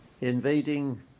invading